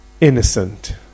innocent